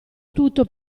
tutto